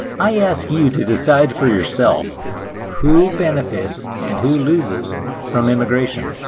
i ask you to decide for yourself who benefits and who loses from immigration?